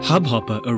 Hubhopper